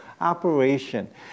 operation